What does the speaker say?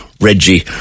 Reggie